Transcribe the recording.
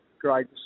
great